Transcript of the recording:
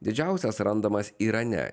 didžiausias randamas irane